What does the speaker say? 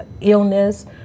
Illness